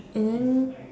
and then